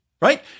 right